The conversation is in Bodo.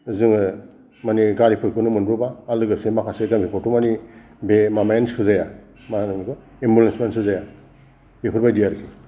जोङो माने गारिफोरखौनो मोनबोआ आरो लोगोसे गामिफ्रावथ' माने बे माबायानो सोजाया मा होनोमोन बेखौ एम्बुलेन्स फ्रानो सोजाया बेफोरबायदि आरोखि